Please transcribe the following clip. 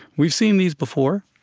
we've seen these before.